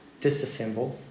disassemble